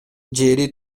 жери